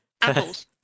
Apples